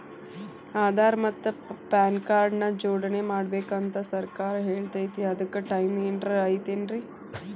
ಆಧಾರ ಮತ್ತ PAN card ನ ಜೋಡಣೆ ಮಾಡ್ಬೇಕು ಅಂತಾ ಸರ್ಕಾರ ಹೇಳೈತ್ರಿ ಅದ್ಕ ಟೈಮ್ ಏನಾರ ಐತೇನ್ರೇ?